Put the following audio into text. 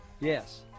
Yes